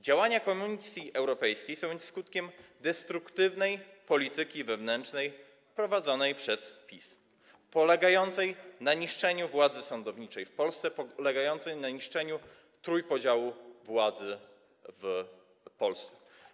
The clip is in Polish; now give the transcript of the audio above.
Działania Komisji Europejskiej są skutkiem destruktywnej polityki wewnętrznej prowadzonej przez PiS, polegającej na niszczeniu władzy sądowniczej w Polsce, polegającej na niszczeniu trójpodziału władzy w Polsce.